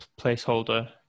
placeholder